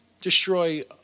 Destroy